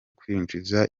kwinjiza